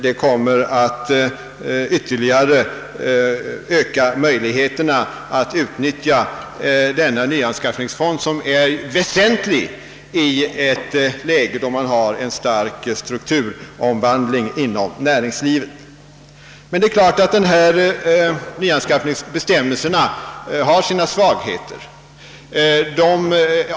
Detta kommer att ytterligare öka möjligheterna att utnyttja nyanskaffningsfonden, vilket är väsentligt i ett läge då en stark strukturomvandling pågår inom näringslivet. De föreslagna bestämmelserna har emellertid sina svagheter.